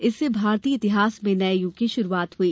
इससे भारतीय इतिहास में नये युग की शुरूआत हुई